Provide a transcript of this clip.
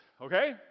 Okay